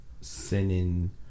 Sending